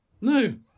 No